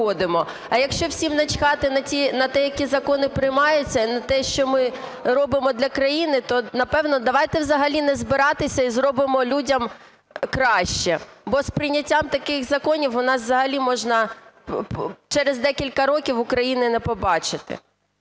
А якщо всім начхати на те, які закони приймаються, і на те, що ми робимо для країни, то напевно, давайте взагалі не збиратися і зробимо людям краще. Бо з прийняттям таких законів у нас взагалі можна через декілька років України не побачити.